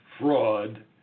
fraud